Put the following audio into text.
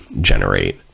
generate